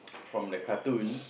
from the cartoon